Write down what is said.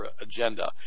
agenda